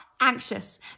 anxious